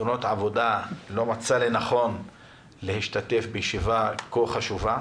תאונות עבודה לא מצא לנכון להשתתף בישיבה כה חשובה